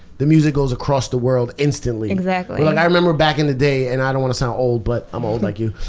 the music goes across the world instantly. exactly. i remember back in the day and i don't wanna sound old, but i'm old like you.